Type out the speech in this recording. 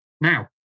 Now